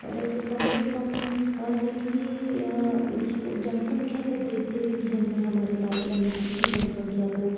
और ऐसे कम से कम यानी कि उस को जनसंख्या को देखते हुए कि हम ने हमारे कार्यक्रम में कितनी जनसंख्या को